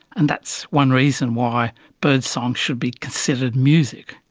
and that's one reason why birdsong should be considered music.